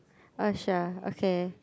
not sure okay